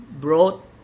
brought